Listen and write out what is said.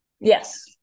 Yes